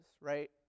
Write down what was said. Right